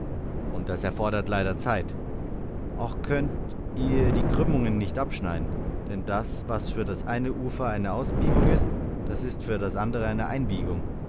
und das erfordert leider zeit auch könnt ihr die krümmungen nicht abschneiden denn was für das eine ufer eine ausbiegung ist das ist für das andere eine einbiegung